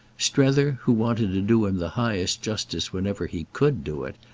strether, who wanted to do him the highest justice wherever he could do it,